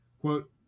Quote